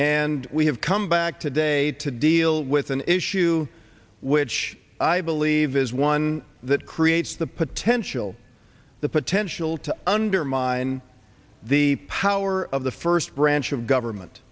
and we have come back today to deal with an issue which i believe is one that creates the potential the potential to undermine the power of the first branch of government